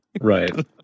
right